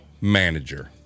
manager